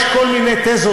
יש כל מיני תזות,